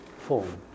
form